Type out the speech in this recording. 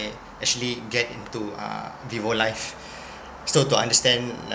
actually get into uh vivo life so to understand